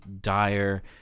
dire